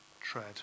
tread